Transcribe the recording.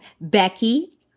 Becky